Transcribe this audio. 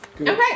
okay